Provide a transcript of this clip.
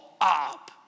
up